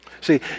See